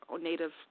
native